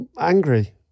angry